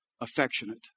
affectionate